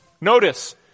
Notice